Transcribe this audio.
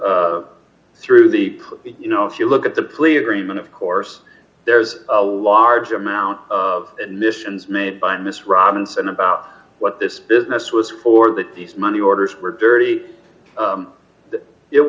through the you know if you look at the plea agreement of course there was a large amount of admissions made by miss robinson about what this business was for d that these money orders were dirty